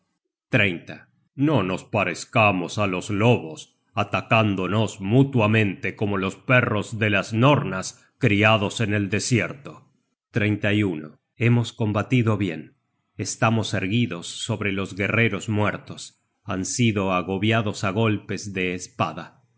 no nos parezcamos á los lobos atacándonos mutuamente como los perros de las nornas criados en el desierto hemos combatido bien estamos erguidos sobre los guerreros muertos han sido ago biados á golpes de espada